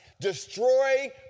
destroy